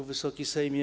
Wysoki Sejmie!